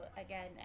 again